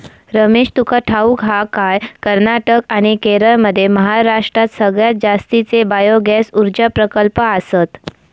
रमेश, तुका ठाऊक हा काय, कर्नाटक आणि केरळमध्ये महाराष्ट्रात सगळ्यात जास्तीचे बायोगॅस ऊर्जा प्रकल्प आसत